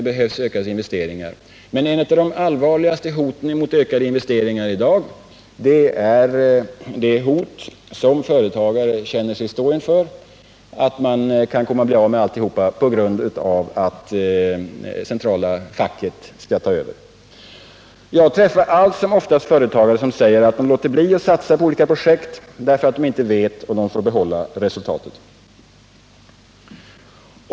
Det behövs ökade investeringar, men ett av de allvarligaste hoten mot ökade investeringar i dag är det som företagare känner sig stå inför, nämligen att de kan komma att bli av med allting på grund av att det centrala facket skall ta över. Jag träffar allt som oftast företagare som säger att de låter bli att satsa på olika projekt därför att de inte vet om de får behålla resultatet.